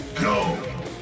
go